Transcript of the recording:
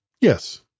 Yes